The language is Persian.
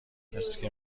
مثل